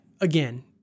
again